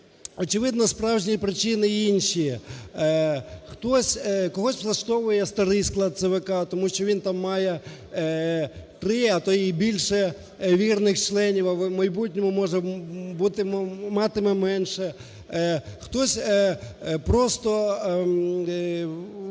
очевидно справжні є причини інші. Хтось… когось влаштовує старий склад ЦВК, тому що він там має три, а то і більше вірних членів, а в майбутньому може бути… матиме менше. Хтось просто… для когось